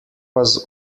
was